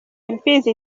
imfizi